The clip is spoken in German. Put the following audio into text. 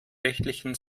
rechtlichen